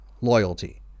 loyalty